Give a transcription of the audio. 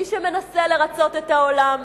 מי שמנסה לרצות את העולם,